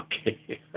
Okay